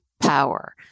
power